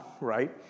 right